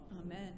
Amen